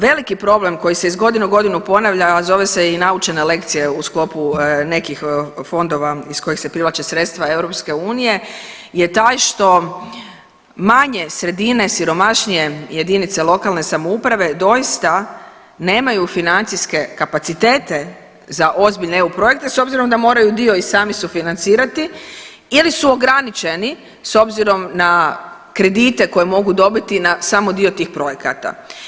Veliki problem koji se iz godine u godinu ponavlja, a zove se i naučene lekcije u sklopu nekih fondova iz kojih se privlače sredstva EU je taj što manje sredine, siromašnije jedinice lokalne samouprave doista nemaju financijske kapacitete za ozbiljne eu projekte s obzirom da moraju dio i sami sufinancirati ili su ograničeni s obzirom na kredite koje mogu dobiti na samo dio tih projekata.